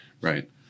right